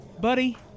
Buddy